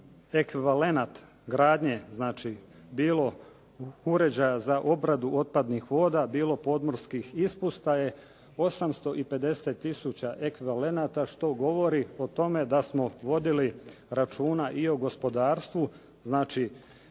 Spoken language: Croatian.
ekvivalenta gradnje, znači bilo uređaja za obradu otpadnih voda, bilo podmorskih ispusta je 850 tisuća ekvivalenata što govori o tome da smo vodili računa i o gospodarstvu. Znači